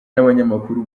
n’abanyamakuru